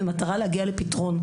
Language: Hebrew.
במטרה להגיע לפתרון".